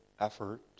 effort